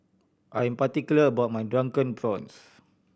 I am particular about my Drunken Prawns